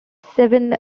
seven